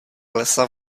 lesa